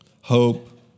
hope